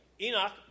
Enoch